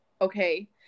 Okay